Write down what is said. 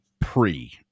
pre